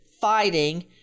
fighting